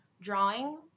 drawing